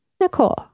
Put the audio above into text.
Nicole